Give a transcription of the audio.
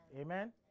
Amen